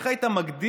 איך היית מגדיר,